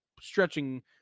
stretching